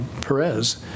Perez